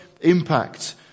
impact